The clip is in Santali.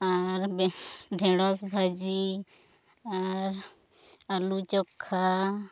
ᱟᱨ ᱵᱮᱸᱦ ᱰᱷᱮᱸᱲᱚᱥ ᱵᱷᱟᱹᱡᱤ ᱟᱨ ᱟᱹᱞᱩ ᱪᱚᱠᱷᱟ